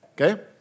Okay